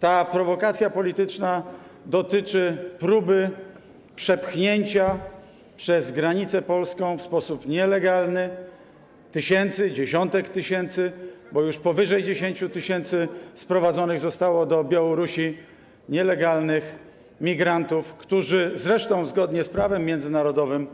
Ta prowokacja polityczna dotyczy próby przepchnięcia przez granicę polską w sposób nielegalny tysięcy, dziesiątek tysięcy ludzi - bo już powyżej 10 tys. sprowadzonych zostało do Białorusi nielegalnych migrantów - którzy zresztą zgodnie z prawem międzynarodowym,